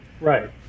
Right